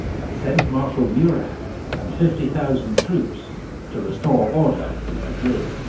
and sent marshal murat and fifty thousand troops to restore order in madrid.